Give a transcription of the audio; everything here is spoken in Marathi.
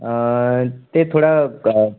ते थोडा क